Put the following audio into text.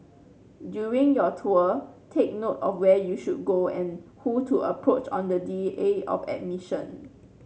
during your tour take note of where you should go and who to approach on the D A of admission